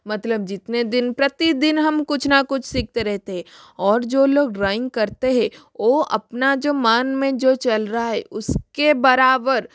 मतलब जितने दिन प्रतिदिन हम कुछ ना कुछ सीखते रहते हैं और जो लोग ड्राइंग करते हैं ओ अपना जो मन में जो चल रहा है उसके बराबर